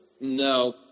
No